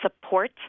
support